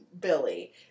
Billy